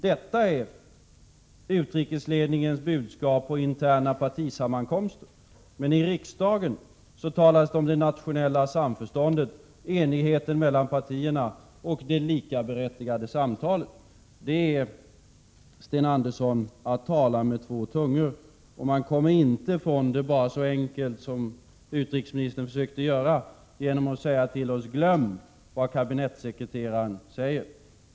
Detta är utrikesledningens budskap på interna partisammankomster, men i riksdagen talas det om det nationella samförståndet, enigheten mellan partierna och de likaberättigade samtalen. Det är, Sten Andersson, att tala med dubbel tunga. Man kommer inte från det så enkelt som utrikesministern försökte göra, genom att anföra att vi skall glömma vad kabinettssekreteraren säger.